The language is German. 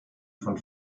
von